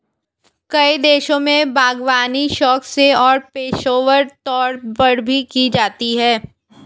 कई देशों में बागवानी शौक से और पेशेवर तौर पर भी की जाती है